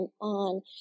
on